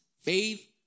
faith